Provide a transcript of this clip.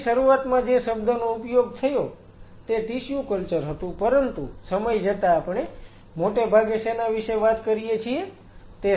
તેથી શરૂઆતમાં જે શબ્દનો ઉપયોગ થયો તે ટિશ્યુ કલ્ચર હતું પરંતુ સમય જતાં આપણે મોટાભાગે શેના વિશે વાત કરીએ છીએ